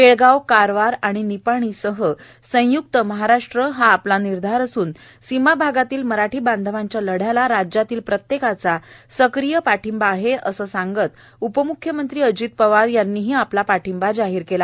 बेळगाव कारवार निपाणीसह संयुक्त महाराष्ट्र हा आपला निर्धार असून सीमाभागातल्या मराठी बांधवांच्या लढ़याला राज्यातल्या प्रत्येकाचा सक्रिय पाठिंबा आहे असं सांगत उपम्ख्यमंत्री अजित पवार यांनीही आपला पाठिंबा जाहीर केला